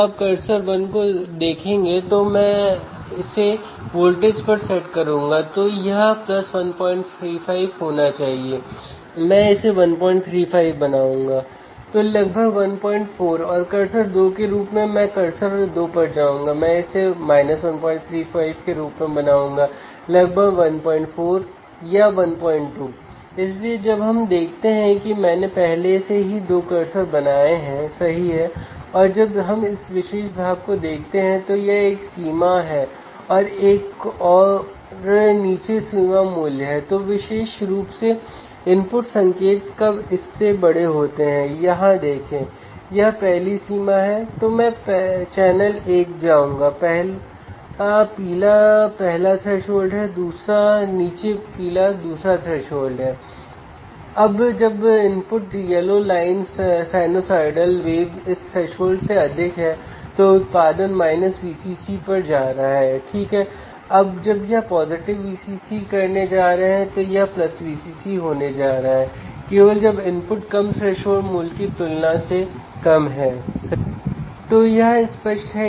आप यहां देख रहे हैं कि पोटेंशियोमीटर लाभ बहुत अधिक है और यही कारण है कि आप देख सकते हैं कि आउटपुट 134 है जो आपके बायसिंग वोल्टेज के बहुत करीब है